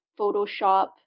Photoshop